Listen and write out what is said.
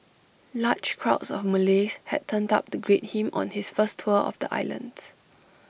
large crowds of Malays had turned up to greet him on his first tour of the islands